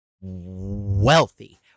wealthy